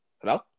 Hello